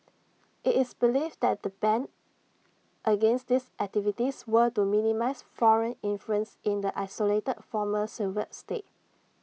IT is believed the ban against these activities were to minimise foreign influence in the isolated former Soviet state